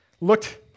looked